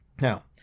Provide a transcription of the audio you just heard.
Now